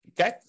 Okay